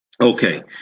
Okay